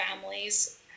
families